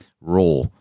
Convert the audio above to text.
raw